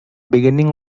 beginning